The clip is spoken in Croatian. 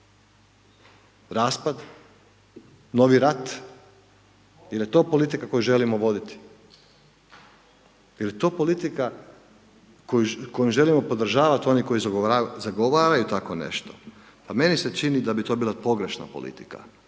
Raspad? Novi rat? Je li to politika koju želimo voditi? Je li to politika kojom želimo podržavati one koje zagovaraju tako nešto? Pa meni se čini da bi to bila pogrešna politika.